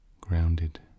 grounded